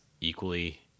equally